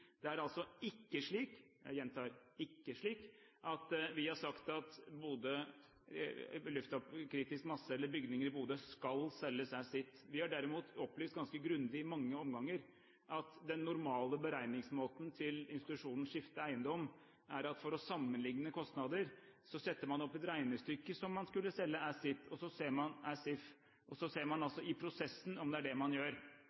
Det er altså ikke slik – jeg gjentar: ikke slik – at vi har sagt at kritisk masse, bygningene, i Bodø skal selges «as is». Vi har derimot opplyst ganske grundig i mange omganger at den normale beregningsmåten til institusjonen Skifte Eiendom er slik at for å sammenligne kostnader setter man opp et regnestykke som om man skulle selge «as is». Så ser man i prosessen om det er det man gjør.